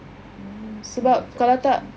mm simulator three